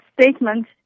statement